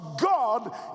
God